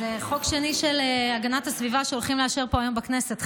חוק שני של הגנת הסביבה שהולכים לאשר פה היום בכנסת,